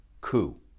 coup